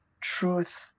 truth